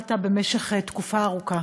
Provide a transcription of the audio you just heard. שהובלת במשך תקופה ארוכה,